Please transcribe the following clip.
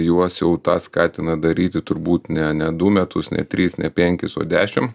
juos jau tą skatina daryti turbūt ne ne du metus ne tris ne penkis o dešim